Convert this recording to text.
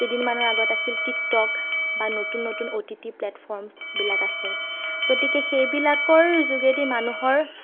কেইদিনমানৰ আগত আছিল টিক টক বা নতুন নতুন অ টি টি প্লেটফৰ্মছবিলাক আছে গতিকে সেইবিলাকৰ যোগেদি মানুহৰ